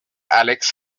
alex